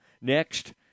next